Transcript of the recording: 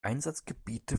einsatzgebiete